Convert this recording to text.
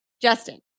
Justin